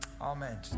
Amen